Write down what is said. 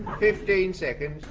fifteen seconds.